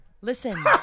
Listen